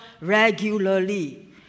regularly